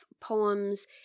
poems